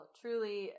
truly